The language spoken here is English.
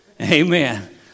amen